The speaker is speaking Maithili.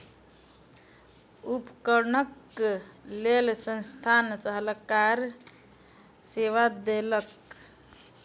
उपकरणक लेल संस्थान सलाहकार सेवा देलक